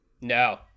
No